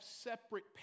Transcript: separate